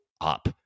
up